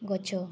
ଗଛ